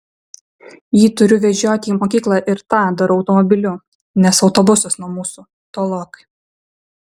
jį turiu vežioti į mokyklą ir tą darau automobiliu nes autobusas nuo mūsų tolokai